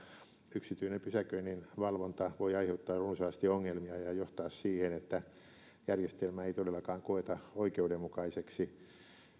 yksityinen pysäköinninvalvonta voi aiheuttaa runsaasti ongelmia ja johtaa siihen että järjestelmää ei todellakaan koeta oikeudenmukaiseksi